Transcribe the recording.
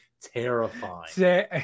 terrifying